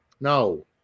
No